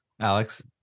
Alex